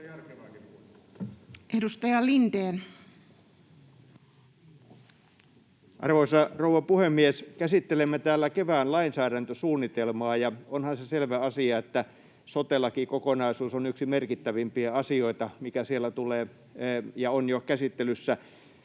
Edustaja Lindén. Arvoisa rouva puhemies! Käsittelemme täällä kevään lainsäädäntösuunnitelmaa, ja onhan se selvä asia, että sote-lakikokonaisuus on yksi merkittävimpiä asioita, mikä siellä tulee ja on jo käsittelyssä.